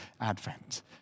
Advent